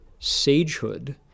sagehood